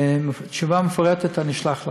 תשובה מפורטת אני אשלח לך.